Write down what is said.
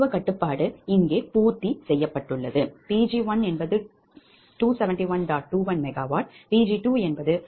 சமத்துவக் கட்டுப்பாடு இங்கு பூர்த்தி செய்யப்படுகிறது